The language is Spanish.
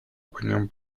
opinión